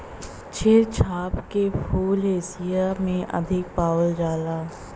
क्षीर चंपा के फूल एशिया में अधिक पावल जाला